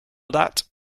that